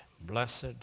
blessed